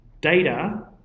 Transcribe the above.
Data